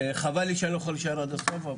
חבל לי שאני לא יכול להישאר עד הסוף.